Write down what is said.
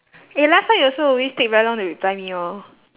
eh last time you also always take very long to reply me lor